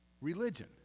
religion